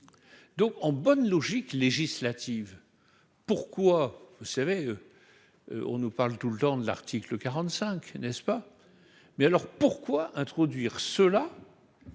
donc en bonne logique, législatives, pourquoi vous savez on nous parle tout le temps de l'article 45 n'est-ce pas, mais alors pourquoi introduire cela.